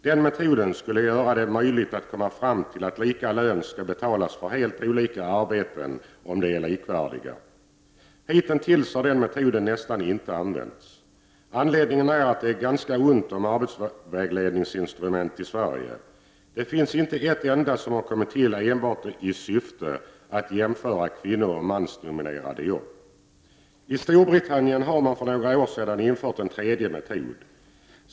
Den metoden skulle göra det möjligt att komma fram till att lika lön skall betalas för helt olika arbeten om de är likvärdiga. Hitintills har den metoden nästan inte använts. Anledningen är att det är ganska ont om arbetsvärderingsinstrument i Sverige. Det finns inte ett enda som har kommit till enbart i syfte att jämföra kvinnooch mansdominerade jobb. I Storbritannien har man för några år sedan infört en tredje metod.